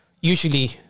usually